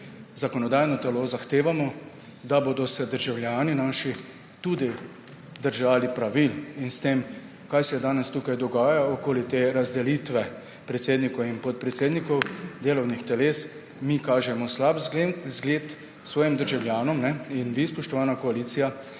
zakonodajno telo zahtevamo, da se bodo tudi naši državljani držali pravil. S tem, kar se danes tukaj dogaja okoli razdelitve predsednikov in podpredsednikov delovnih teles, mi kažemo slab vzgled svojim državljanom in vi, spoštovana koalicija,